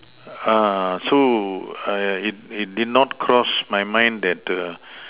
uh so I it it did did not cross my mind that the